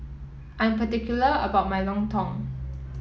I am particular about my Lontong